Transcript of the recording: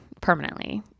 permanently